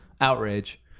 outrage